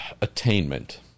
attainment